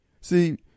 See